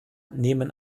nehmen